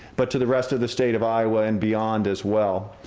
but to the rest of the state of iowa and beyond as well.